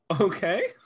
Okay